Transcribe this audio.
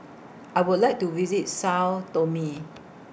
I Would like to visit Sao Tome